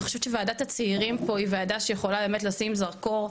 אני חושבת שוועדת הצעירים פה היא ועדה שיכולה באמת לשים זרקור,